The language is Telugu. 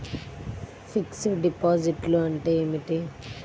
ఫిక్సడ్ డిపాజిట్లు అంటే ఏమిటి?